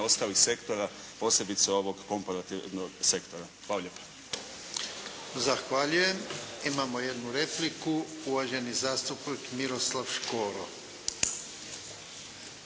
ostalih sektora, posebno ovog komparativnog sektora. Hvala lijepa. **Jarnjak, Ivan (HDZ)** Zahvaljujem. Imamo jednu repliku, uvaženi zastupnik Miroslav Škoro.